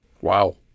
wow